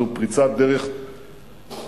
וזו פריצת דרך חשובה,